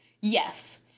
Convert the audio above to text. Yes